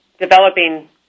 developing